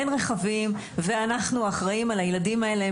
אין רכבים ואנחנו אחראים על הילדים האלה.